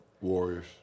Warriors